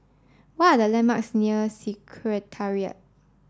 what are the landmarks near Secretariat